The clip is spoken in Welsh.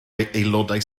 aelodau